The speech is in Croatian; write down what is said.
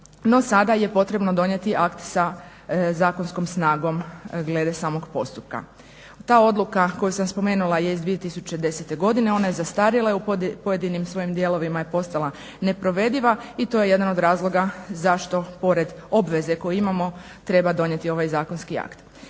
no sada je potrebno donijeti akt sa zakonskom snagom glede samog postupka. Ta odluka koju sam spomenula je iz 2010. godine. Ona je zastarjela i u pojedinim svojim dijelovima je postala neprovediva i to je jedan od razloga zašto pored obveze koju imamo treba donijeti ovaj zakonski akt.